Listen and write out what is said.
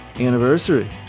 anniversary